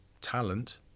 talent